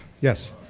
Yes